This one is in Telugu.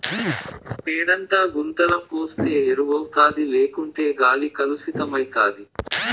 పేడంతా గుంతల పోస్తే ఎరువౌతాది లేకుంటే గాలి కలుసితమైతాది